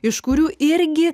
iš kurių irgi